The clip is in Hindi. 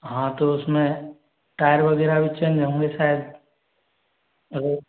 हाँ तो उसमें टायर वगैरह भी चेंज होंगे शायद हैलो